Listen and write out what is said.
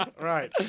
Right